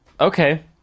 okay